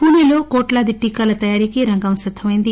పుణెలో కోట్లాది టీకాలు తయారీకిరంగం సిద్దమెంది